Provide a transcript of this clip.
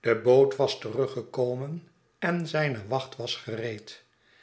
de boot was teruggekomen en zijne wacht was gereed